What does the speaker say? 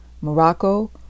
Morocco